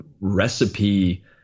recipe